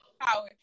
power